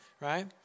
Right